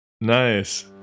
Nice